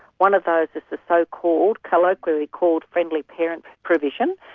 one of those is the so-called, colloquially called friendly parents provision,